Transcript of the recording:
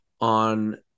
on